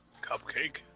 cupcake